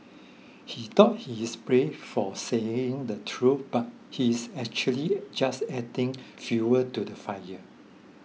he thought he is brave for saying the truth but he is actually just adding fuel to the fire